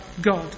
God